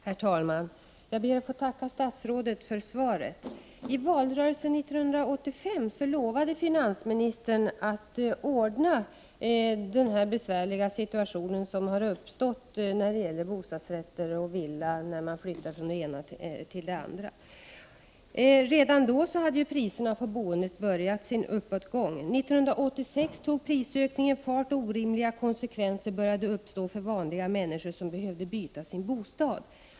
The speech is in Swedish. Herr talman! Jag ber att få tacka statsrådet för svaret. I valrörelsen 1985 lovade finansministern att åtgärda den besvärliga situation som uppstår när människor flyttar från bostadsrätt till villa eller tvärtom. Redan då hade priserna på bostadsrätter börjat stiga. 1986 tog prisökningstakten fart, och orimliga konsekvenser började uppstå för vanliga människor som behövde byta sina bostäder.